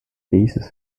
bases